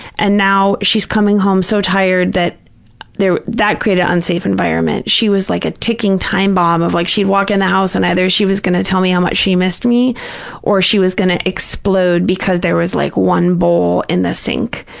and now she's coming home so tired that that created an unsafe environment. she was like a ticking time bomb of like, she'd walk in the house and either she was going to tell me how much she missed me or she was going to explode because there was like one bowl in the sink,